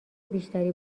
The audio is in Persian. بیشتری